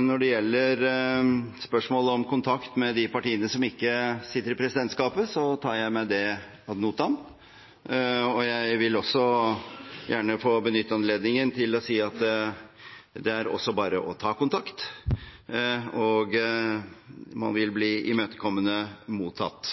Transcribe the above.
Når det gjelder spørsmålet om kontakt med de partiene som ikke sitter i presidentskapet, tar jeg meg det ad notam. Jeg vil gjerne få benytte anledningen til å si at det også bare er å ta kontakt. Man vil bli imøtekommende mottatt.